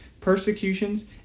persecutions